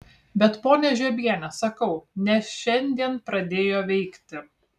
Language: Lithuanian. bet ponia žiobiene sakau ne šiandien pradėjo veikti